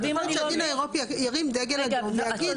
יכול להיות שהדין האירופי ירים דגל אדום ויגיד.